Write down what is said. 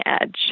edge